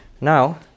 Now